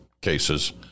cases